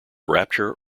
rapture